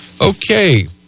Okay